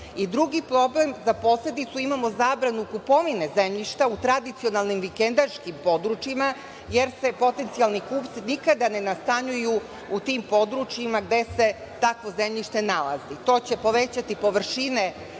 Drugi problem, za posledicu imamo zabranu kupovine zemljišta u tradicionalnim vikendaškim područjima jer se potencijalni kupci nikada ne nastanjuju u tim područjima gde se takvo zemljište nalazi. To će povećati površine